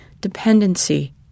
dependency